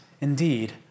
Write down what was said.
indeed